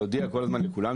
להודיע כל הזמן לכולם,